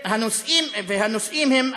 והנושאים הם,